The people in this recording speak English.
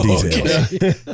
details